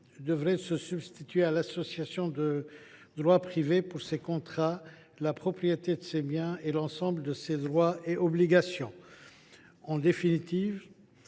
devrait se substituer à l’association de droit privé pour ses contrats, la propriété de ses biens et l’ensemble de ses droits et obligations. En définitive,